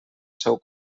seu